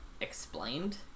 explained